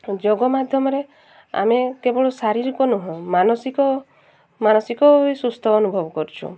ଯୋଗ ମାଧ୍ୟମରେ ଆମେ କେବଳ ଶାରୀରିକ ନୁହଁ ମାନସିକ ମାନସିକ ବି ସୁସ୍ଥ ଅନୁଭବ କରୁଛୁ